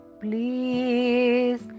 please